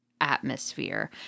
atmosphere